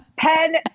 Pen